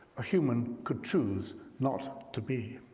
a human could choose not to be.